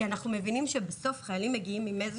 כי אנחנו מבינים שבסוף החיילים מגיעים עם איזה